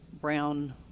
brown